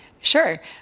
Sure